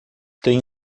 tenho